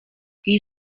iyi